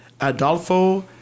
Adolfo